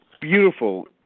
beautiful